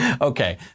Okay